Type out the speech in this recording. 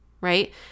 right